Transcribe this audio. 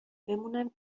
بمونم